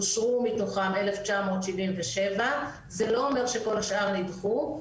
אושרו מתוכם 1977. זה לא אומר שכל השאר נדחו,